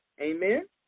Amen